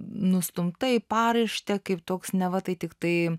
nustumta į paraištę kaip toks na va tai tiktai